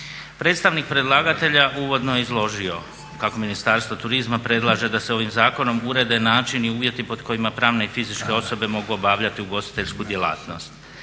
Predstavnik predlagatelja uvodno je izložio kako Ministarstvo turizma predlaže da se ovim zakonom urede načini i uvjeti pod kojima pravne i fizičke osobe mogu obavljati ugostiteljsku djelatnost.